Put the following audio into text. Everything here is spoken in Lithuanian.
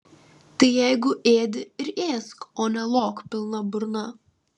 tai jeigu ėdi ir ėsk o ne lok pilna burna